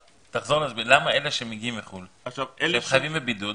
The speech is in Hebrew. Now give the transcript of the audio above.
למה אלה שמגיעים מחו"ל חייבים בבידוד?